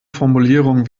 formulierungen